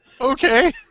okay